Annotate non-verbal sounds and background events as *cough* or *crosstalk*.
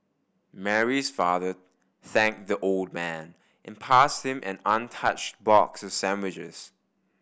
Mary's father thanked the old man and passed him an untouched box *unintelligible* sandwiches